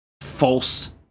false